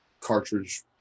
cartridge